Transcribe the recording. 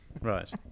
Right